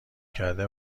کرده